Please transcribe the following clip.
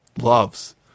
loves